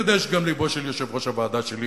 אני יודע שגם לבו של יושב-ראש הוועדה שלי,